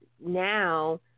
now